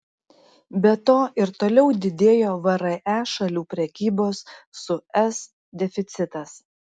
be to ir toliau didėjo vre šalių prekybos su es deficitas